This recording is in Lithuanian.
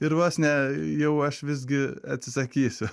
ir vos ne jau aš visgi atsisakysiu